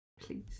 please